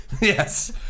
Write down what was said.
yes